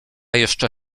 jeszcze